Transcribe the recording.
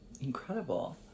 Incredible